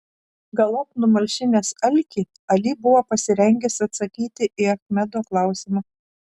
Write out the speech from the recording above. galop numalšinęs alkį ali buvo pasirengęs atsakyti į achmedo klausimą